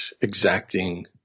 exacting